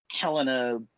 Helena